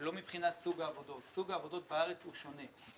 ולא מבחינת סוג העבודות סוג העבודות בארץ הוא שונה.